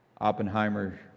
Oppenheimer